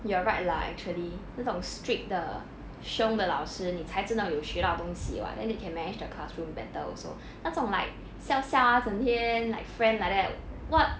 you are right lah actually 那种 strict 的凶的老师你才真的有学到东西 [what] then they can manage their classroom better also 那种 like 笑笑啊整天 like friend like that what